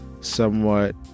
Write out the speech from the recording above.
somewhat